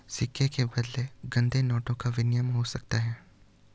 सिक्के के बदले गंदे नोटों का विनिमय हो सकता है